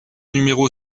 numéro